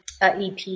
EP